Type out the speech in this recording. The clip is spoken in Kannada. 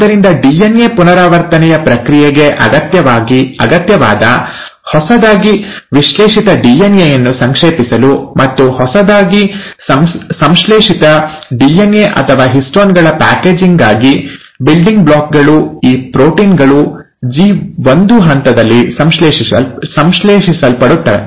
ಆದ್ದರಿಂದ ಡಿಎನ್ಎ ಪುನರಾವರ್ತನೆಯ ಪ್ರಕ್ರಿಯೆಗೆ ಅಗತ್ಯವಾದ ಹೊಸದಾಗಿ ಸಂಶ್ಲೇಷಿತ ಡಿಎನ್ಎ ಯನ್ನು ಸಂಕ್ಷೇಪಿಸಲು ಮತ್ತು ಹೊಸದಾಗಿ ಸಂಶ್ಲೇಷಿತ ಡಿಎನ್ಎ ಅಥವಾ ಹಿಸ್ಟೋನ್ ಗಳ ಪ್ಯಾಕೇಜಿಂಗ್ ಗಾಗಿ ಬಿಲ್ಡಿಂಗ್ ಬ್ಲಾಕ್ಗಳು ಈ ಪ್ರೋಟೀನ್ ಗಳು ಜಿ1 ಹಂತದಲ್ಲಿ ಸಂಶ್ಲೇಷಿಸಲ್ಪಡುತ್ತಿವೆ